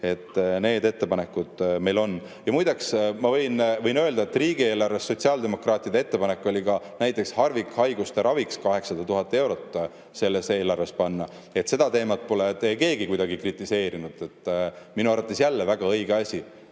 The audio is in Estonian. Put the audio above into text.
Need ettepanekud meil on. Muide, ma võin öelda, et sotsiaaldemokraatide ettepanek oli ka näiteks harvikhaiguste raviks 800 000 eurot sellesse eelarvesse panna. Seda teemat pole keegi kuidagi kritiseerinud. Minu arvates jälle väga õige asi